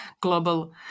global